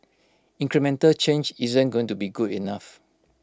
incremental change isn't going to be good enough